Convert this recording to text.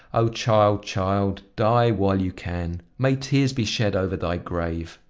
o child, child! die while you can! may tears be shed over thy grave!